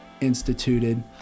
instituted